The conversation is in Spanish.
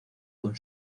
con